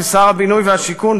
כשר הבינוי והשיכון,